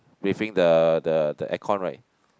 breathing the the the air con right